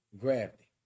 gravity